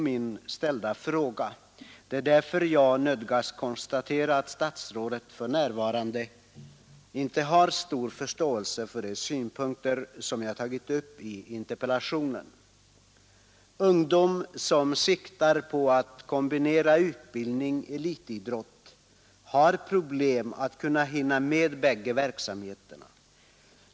Men statsrådet för närvarande inte har stor förståelse för de synpunkter som jag tagit upp i interpellationen, Ungdom som siktar på att kombinera utbildning och elitidrott har problem med att hinna med båda verksamheterna.